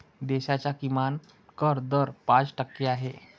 देशाचा किमान कर दर पाच टक्के आहे